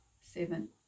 seven